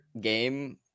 game